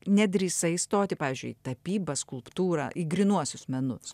nedrįsai stoti pavyzdžiui į tapybą skulptūrą į grynuosius menus